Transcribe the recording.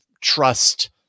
trust